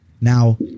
Now